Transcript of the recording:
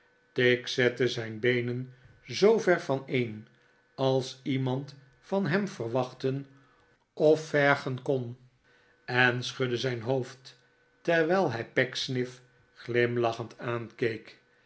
tigg zette zijn beenen zoover vaneen als iemand van hem verwachten of vergen kon en schudde zijn hoofd terwijl hij pecksniff glimlachend aankeek